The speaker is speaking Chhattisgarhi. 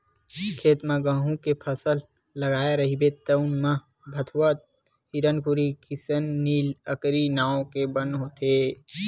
खेत म गहूँ के फसल लगाए रहिबे तउन म भथुवा, हिरनखुरी, किसननील, अकरी नांव के बन होथे